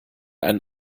einen